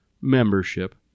membership